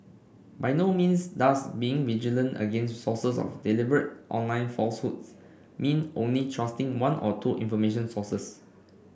by no means does being vigilant against sources of deliberate online falsehoods mean only trusting one or two information sources